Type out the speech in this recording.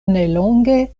nelonge